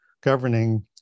governing